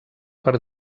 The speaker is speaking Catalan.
per